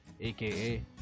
aka